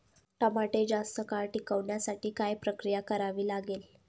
टमाटे जास्त काळ टिकवण्यासाठी काय प्रक्रिया करावी लागेल?